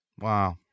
Wow